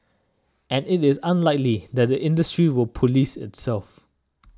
and it is unlikely that the industry will police itself